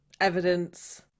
evidence